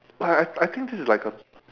I I I think this is like a